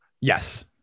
Yes